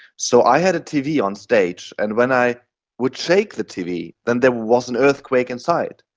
so i had a tv on stage, and when i would shake the tv then there was an earthquake inside,